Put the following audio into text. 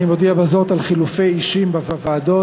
אני מודיע בזאת על חילופי אישים בוועדות.